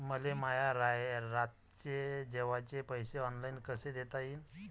मले माया रातचे जेवाचे पैसे ऑनलाईन कसे देता येईन?